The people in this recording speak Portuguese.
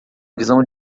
visão